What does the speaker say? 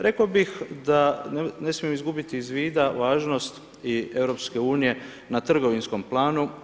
Rekao bih da ne smijem izgubiti iz vida važnost i EU na trgovinskom planu.